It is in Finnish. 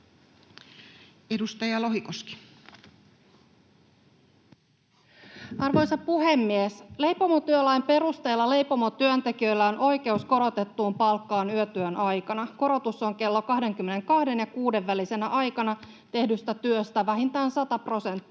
14:40 Content: Arvoisa puhemies! Leipomotyölain perusteella leipomotyöntekijöillä on oikeus korotettuun palkkaan yötyön aikana. Korotus on kello 22:n ja 6:n välisenä aikana tehdystä työstä vähintään sata prosenttia.